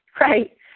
Right